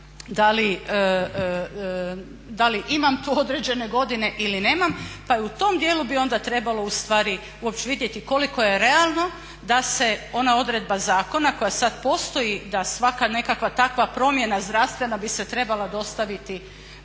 da li imam tu određene godine ili nemam, pa i tu tom djelu bi onda trebalo ustvari uopće vidjeti koliko je realno da se ona odredba zakona koja sad postoji da svaka nekakva takva promjena zdravstvena bi se trebala dostaviti